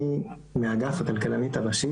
אני מאגף הכלכלנית הראשית,